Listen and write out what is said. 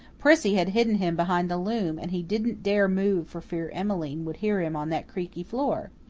prissy had hidden him behind the loom and he didn't dare move for fear emmeline would hear him on that creaky floor.